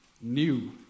new